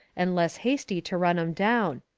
and less hasty to run em down.